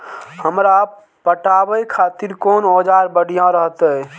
हमरा पटावे खातिर कोन औजार बढ़िया रहते?